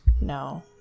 No